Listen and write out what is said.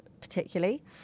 particularly